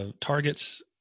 Targets